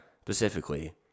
specifically